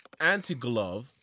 Antiglove